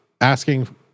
asking